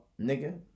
Nigga